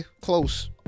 close